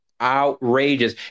outrageous